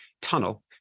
tunnel